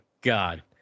god